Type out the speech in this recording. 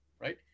right